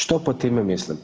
Što pod time mislim?